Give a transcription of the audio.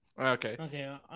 Okay